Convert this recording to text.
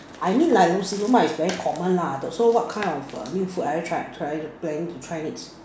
I mean like Nasi-Lemak is very common lah so what kind of err new food are you trying trying to planning to try next